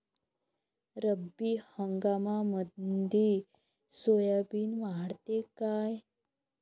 रब्बी हंगामामंदी सोयाबीन वाढते काय?